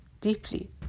deeply